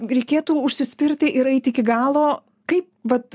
reikėtų užsispirti ir eit iki galo kaip vat